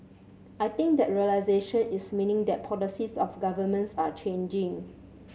I think that realisation is meaning that policies of governments are changing